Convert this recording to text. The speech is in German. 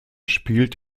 spielt